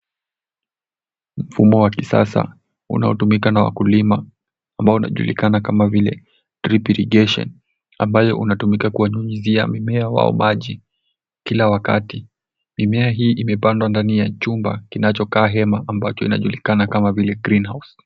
Mfumo wa kisasa unaotumika na wakulima ambao ujulikana kama vile drip irrigation ambayo unatumika kuyanyunyizia mimea wao maji kila wakati. Mimea hii imepandwa ndani ya chumba kinachokaa hema ambacho inajulikana kama vile Green house .